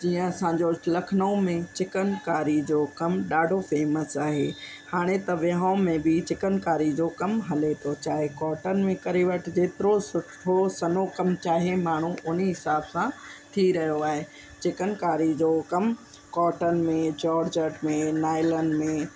जीअं असांजो लखनऊ में चिकनकारी जो कम ॾाढो फेमस आहे हाणे त विहांव में बि चिकनकारी जो कम हले थो चाहे कॉटन में करे वठु जेतिरो सुठो सन्हो कमु चाहे माण्हू उन्हीअ हिसाब सां थी रहियो आहे चिकनकारी जो कमु कॉटन में चौड़चट में नायलॉन में